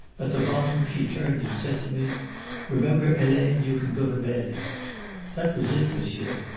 at the bottom she turned and said to me remember, helene, you can go to bed that was it monsieur.